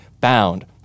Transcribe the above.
Bound